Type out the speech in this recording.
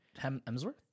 hemsworth